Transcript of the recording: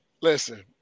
Listen